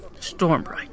Stormbright